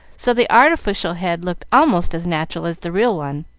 so the artificial head looked almost as natural as the real one.